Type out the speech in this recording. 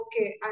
okay